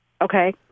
Okay